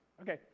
Okay